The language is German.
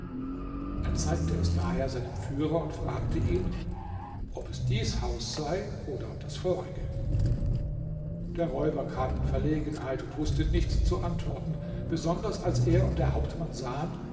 er zeigte es daher seinem führer und fragte ihn ob es dies haus sei oder das vorige der räuber kam in verlegenheit und wußte nichts zu antworten besonders als er und der hauptmann sahen